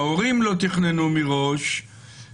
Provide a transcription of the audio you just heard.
ההורים לא תכננו מראש,